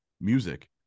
music